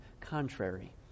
contrary